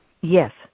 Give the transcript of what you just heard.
Yes